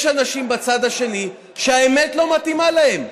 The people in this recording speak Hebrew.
יש אנשים בצד השני שהאמת לא מתאימה להם.